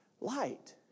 light